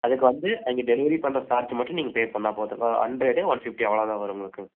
அதற்கு வந்து அங்க டெலிவரி பண்ணுற சார்ஜ் மட்டும் நீங்கள் பே பண்ணால் போதும் ஹண்ட்ரட் ஒன் ஃபிஃப்டி அவ்வளோ தான் வரும் உங்களுக்கு